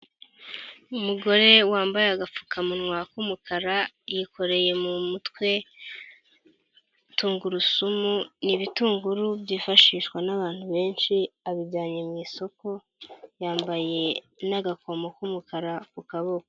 Umugore wambaye agapfukamunwa k'umukara yikoreye mu mutwe tungurusumu n'ibitunguru byifashishwa n'abantu benshi abijyanye mu isoko, yambaye n'agakomo k'umukara ku kaboko.